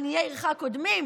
עניי עירך קודמים?